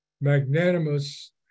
magnanimous